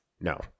No